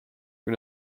kui